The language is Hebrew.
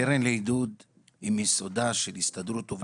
הקרן לעידוד הוא מיסודה של הסתדרות עובדי הבניין.